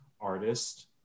artist